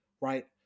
right